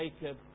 Jacob